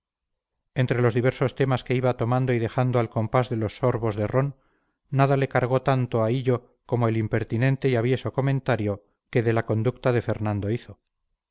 entre los diversos temas que iba tomando y dejando al compás de los sorbos de ron nada le cargó tanto a hillo como el impertinente y avieso comentario que de la conducta de fernando hizo